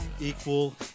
Equal